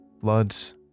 Floods